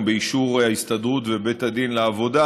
באישור ההסתדרות ובית הדין לעבודה,